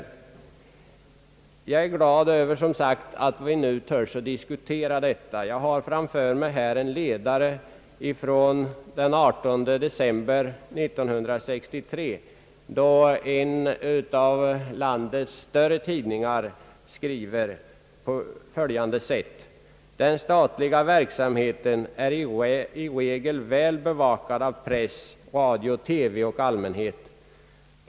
Jag är som sagt glad över att vi nu törs diskutera detta. Jag har framför mig en ledare i en av landets större tidningar av den 18 december 1963, där det heter: »Den statliga verksamheten är i regel väl bevakad av press, radio, TV och allmänhet.